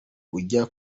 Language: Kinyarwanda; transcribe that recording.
ujya